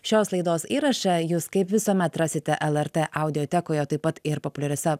šios laidos įrašą jūs kaip visuomet rasite lrt audiotekoje taip pat ir populiariose